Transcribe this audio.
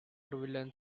villains